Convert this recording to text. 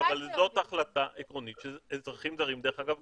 אבל זאת החלטה עקרונית שאזרחים זרים דרך אגב,